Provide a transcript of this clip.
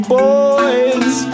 boys